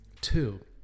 Two